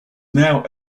now